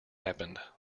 happened